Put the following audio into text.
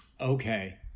Okay